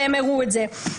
והם הראו את זה.